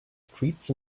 streets